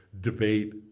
debate